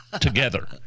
together